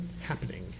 happening